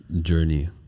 journey